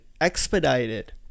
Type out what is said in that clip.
expedited